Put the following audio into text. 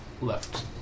left